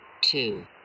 Two